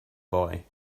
boy